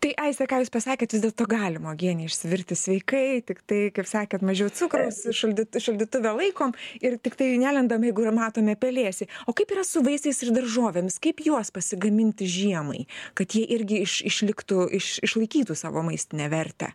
tai aiste ką jūs pasakėt vis dėlto galima uogienę išsivirti sveikai tiktai kaip sakėt mažiau cukraus šaldy šaldytuve laikom ir tiktai nelendam jeigu yra matomi pelėsiai o kaip yra su vaisiais ir daržovėmis kaip juos pasigaminti žiemai kad jie irgi iš išliktų iš išlaikytų savo maistinę vertę